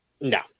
no